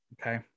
Okay